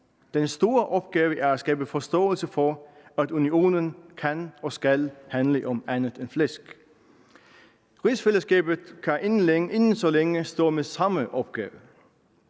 Den store opgave er at skabe forståelse for, at unionen kan og skal handle om andet end flæsk. Rigsfællesskabet kan inden så længe stå med samme opgave.